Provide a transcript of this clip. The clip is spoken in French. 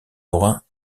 lorrain